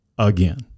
Again